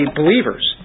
believers